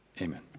Amen